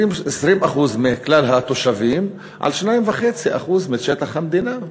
20% מכלל התושבים, על 2.5% משטח המדינה.